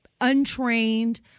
untrained